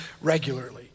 regularly